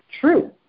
True